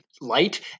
light